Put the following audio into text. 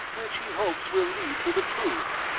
which he hopes will lead to the truth.